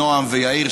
נועם ויאיר,